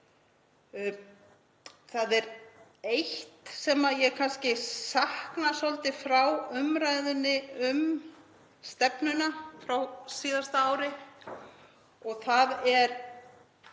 Það er eitt sem ég sakna svolítið frá umræðunni um stefnuna frá síðasta ári og það er